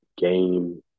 game